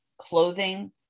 clothing